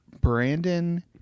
Brandon